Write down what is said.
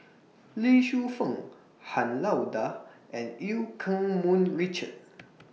Lee Shu Fen Han Lao DA and EU Keng Mun Richard